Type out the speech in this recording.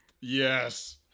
Yes